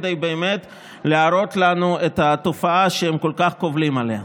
כדי באמת להראות לנו את התופעה שהם כל כך קובלים עליה.